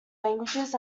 languages